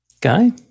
Guy